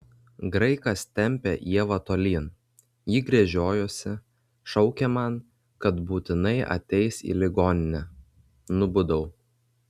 graikas tempė ievą tolyn ji gręžiojosi šaukė man kad būtinai ateis į ligoninę nubudau